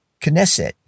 Knesset